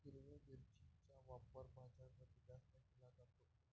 हिरव्या मिरचीचा वापर भाज्यांमध्ये जास्त केला जातो